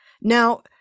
now